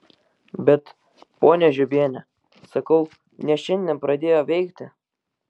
bet ponia žiobiene sakau ne šiandien pradėjo veikti